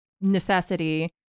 necessity